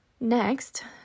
Next